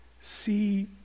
See